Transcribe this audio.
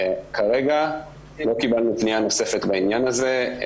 כרגע לא קבלנו פניה נוספת בעניין הזה.